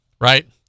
right